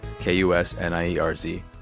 K-U-S-N-I-E-R-Z